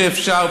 ואפשר,